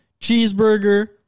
cheeseburger